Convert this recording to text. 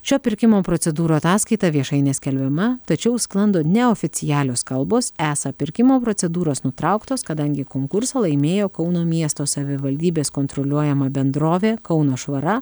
šio pirkimo procedūrų ataskaita viešai neskelbiama tačiau sklando neoficialios kalbos esą pirkimo procedūros nutrauktos kadangi konkursą laimėjo kauno miesto savivaldybės kontroliuojama bendrovė kauno švara